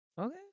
Okay